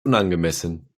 unangemessen